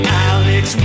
alex